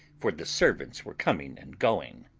for the servants were coming and going.